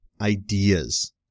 ideas